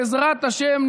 בעזרת השם,